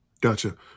Gotcha